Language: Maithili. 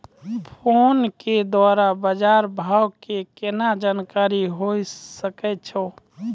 फोन के द्वारा बाज़ार भाव के केना जानकारी होय सकै छौ?